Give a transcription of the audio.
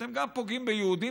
אתם פוגעים גם ביהודים,